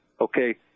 Okay